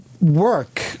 work